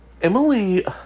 Emily